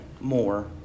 more